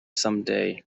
someday